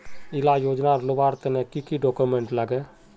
इला योजनार लुबार तने की की डॉक्यूमेंट लगे?